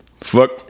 fuck